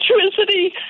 electricity